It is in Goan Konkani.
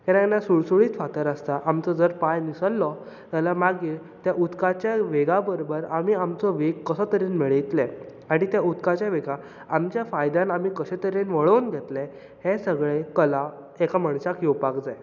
केन्ना केन्ना सुळसुळीत फातर आसता आमचो जर पांय निसरलो जाल्यार मागीर तो उदकाच्या वेगा बरोबर आमी आमचो वेग कसो तरेन मेळयतले आनी त्या उदकाच्या वेगाक आमच्या फायद्यान आमी कशे तरेन वळोवन घेतले हें सगळें कला एका मनशाक येवपाक जाय